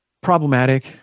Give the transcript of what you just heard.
problematic